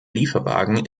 lieferwagen